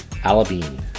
Alabine